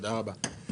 תודה רבה.